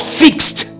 fixed